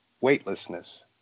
weightlessness